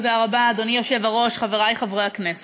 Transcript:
אדוני היושב-ראש, תודה רבה, חברי חברי הכנסת,